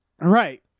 right